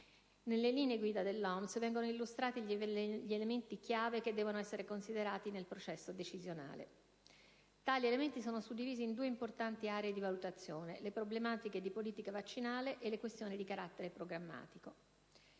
Nelle linee guida dell'OMS vengono illustrati gli elementi chiave che devono essere considerati nel processo decisionale. Tali elementi sono suddivisi in due importanti aree di valutazione: le problematiche di politica vaccinale e le questioni di carattere programmatico.